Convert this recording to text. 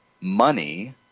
money